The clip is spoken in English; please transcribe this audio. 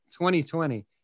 2020